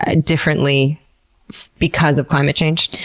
ah differently because of climate change?